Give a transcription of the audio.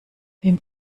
wem